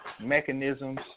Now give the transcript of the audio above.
mechanisms